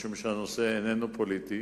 משום שהנושא איננו פוליטי,